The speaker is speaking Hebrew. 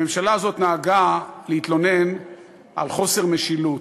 הממשלה הזאת נהגה להתלונן על חוסר משילות.